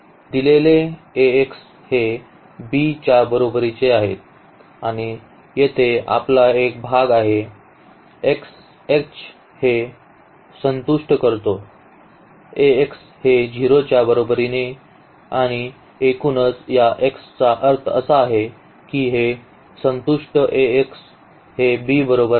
दिलेले Ax हे b च्या बरोबरीचे आहेत आणि येथे आपला एक भाग आहे x h आपण संतुष्ट करतो Ax हे 0 च्या बरोबरीने आणि एकूणच या x चा अर्थ असा आहे की हे संतुष्ट Ax हे b बरोबर आहे